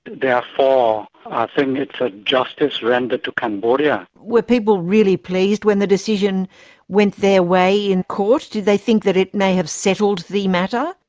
therefore i think it was justice rendered to cambodia. were people really pleased when the decision went their way in court? did they think that it may have settled the matter?